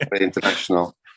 international